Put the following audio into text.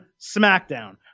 SmackDown